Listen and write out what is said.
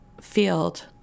field